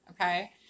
okay